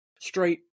straight